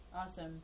Awesome